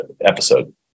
episode